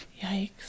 Yikes